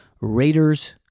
Raiders